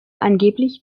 angeblich